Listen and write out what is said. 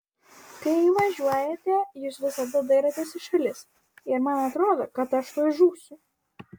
kai važiuojate jūs visada dairotės į šalis ir man atrodo kad aš tuoj žūsiu